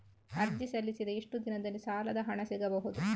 ಅರ್ಜಿ ಸಲ್ಲಿಸಿದ ಎಷ್ಟು ದಿನದಲ್ಲಿ ಸಾಲದ ಹಣ ಸಿಗಬಹುದು?